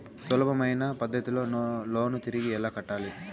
సులభమైన పద్ధతిలో లోను తిరిగి ఎలా కట్టాలి